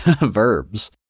verbs